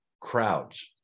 crowds